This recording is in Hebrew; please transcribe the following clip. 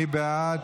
מי בעד?